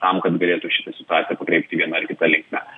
tam kad galėtų šitą situaciją pakreipti viena ar kita linkme